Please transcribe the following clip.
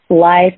life